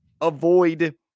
avoid